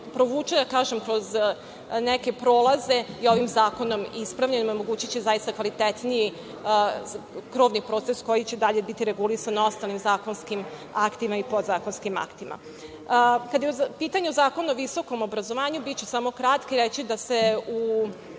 provuče kroz neke prolaze je ovim zakonom ispravljeno i omogućiće zaista kvalitetniji krovni proces koji će dalje biti regulisan na ostalim zakonskim aktima i podzakonskim aktima. Kada je u pitanju Zakon o visokom obrazovanju, biću kratka i reći da se u